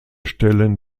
stellen